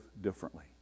differently